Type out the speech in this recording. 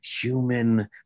human